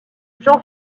jean